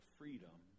freedom